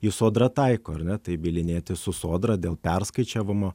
jį sodra taiko ar ne tai bylinėtis su sodra dėl perskaičiavimo